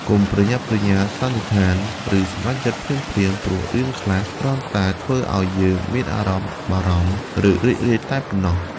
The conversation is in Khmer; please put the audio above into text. កុំប្រញាប់ប្រញាល់សន្និដ្ឋាន ឬសម្រេចចិត្តភ្លាមៗ ព្រោះរឿងខ្លះ គ្រាន់តែធ្វើអោយយើងមានអារម្មណ៍បារម្ភ ឬរីករាយតែប៉ុណ្ណោះ។